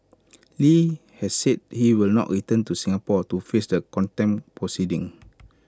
li has said he will not return to Singapore to face the contempt proceedings